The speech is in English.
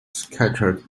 scattered